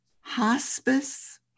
Hospice